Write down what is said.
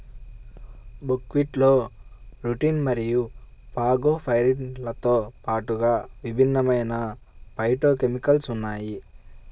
బుక్వీట్లో రుటిన్ మరియు ఫాగోపైరిన్లతో పాటుగా విభిన్నమైన ఫైటోకెమికల్స్ ఉన్నాయి